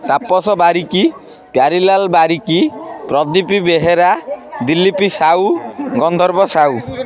Tapas Barik Pyarilal Barik Pradip Behera Dilip Sahu Gandharba Sahu